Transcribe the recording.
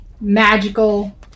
Magical